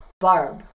barb